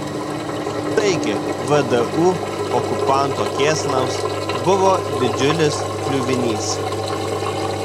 taigi vdu okupanto kėslams buvo didžiulis kliuvinys